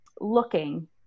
looking